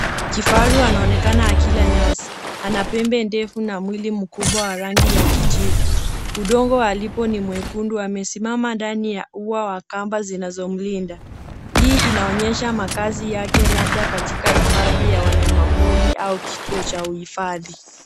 Kifaru anaonekana akila nyasi. Ana pembe ndefu na mwili mkubwa wa rangi ya kijivu. Udongo alipo ni mwekundu. Amesimama ndani ya ua wa kamba zinazomlinda. Hii inaonyesha makaazi yake labda katika hifadhi ya wanyamapori au kituo cha uhifadhi.